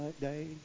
Day